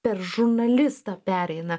per žurnalistą pereina